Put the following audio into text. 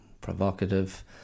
provocative